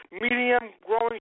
Medium-growing